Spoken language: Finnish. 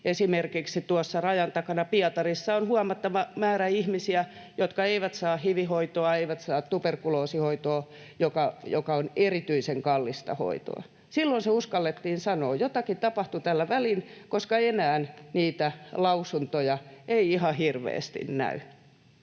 Esimerkiksi tuossa rajan takana Pietarissa on huomattava määrä ihmisiä, jotka eivät saa hiv-hoitoa, eivät saa tuberkuloosihoitoa, joka on erityisen kallista hoitoa. Silloin se uskallettiin sanoa, mutta jotakin tapahtui tällä välin, koska enää niitä lausuntoja ei ihan hirveästi näy.